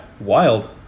wild